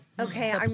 Okay